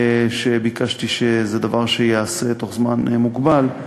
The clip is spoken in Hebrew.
ביקשתי שזה ייעשה תוך זמן מוגבל,